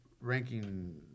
ranking